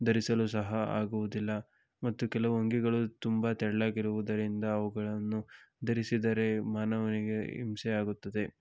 ಧರಿಸಲು ಸಹ ಆಗುವುದಿಲ್ಲ ಮತ್ತು ಕೆಲವು ಅಂಗಿಗಳು ತುಂಬ ತೆಳ್ಳಗೆ ಇರುವುದರಿಂದ ಅವುಗಳನ್ನು ಧರಿಸಿದರೆ ಮಾನವನಿಗೆ ಹಿಂಸೆ ಆಗುತ್ತದೆ